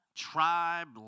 tribe